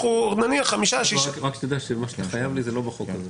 ונניח --- רק תדע שמה שאתה חייב לי זה לא בחוק הזה...